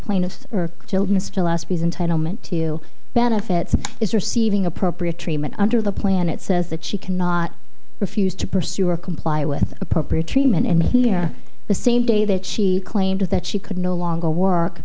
meant to benefits is receiving appropriate treatment under the plan it says that she cannot refuse to pursue or comply with appropriate treatment and the same day that she claimed that she could no longer work